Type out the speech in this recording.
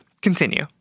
Continue